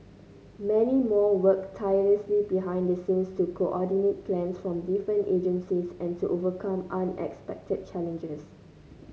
many more worked tirelessly behind the scenes to coordinate plans from different agencies and to overcome unexpected challenges